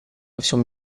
всем